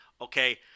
okay